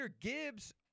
Gibbs